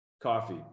Coffee